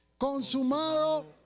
Consumado